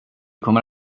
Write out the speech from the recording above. kommer